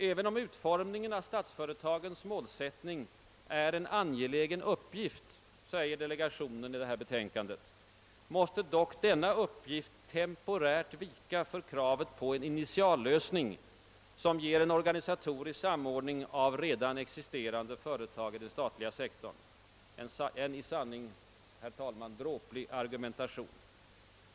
även om utformningen av statsföretagens målsättning är en angelägen uppgift, säger delegationen i detta betänkande, »måste dock denna uppgift temporärt vika för kravet på en initiallösning som ger en organisatorisk samordning av redan existerande företag i den statliga sektorn» — en i sanning dråplig argumentation.